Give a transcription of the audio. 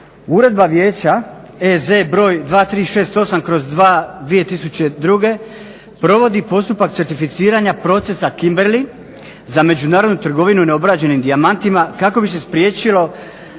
Uredba vijeća EZ br. 2368/2002. provodi postupak certificiranja procesa Kimberly za međunarodnu trgovinu neobrađenim dijamantima kako bi se spriječilo